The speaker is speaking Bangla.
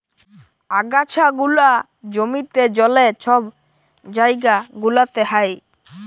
আগাছা গুলা জমিতে, জলে, ছব জাইগা গুলাতে হ্যয়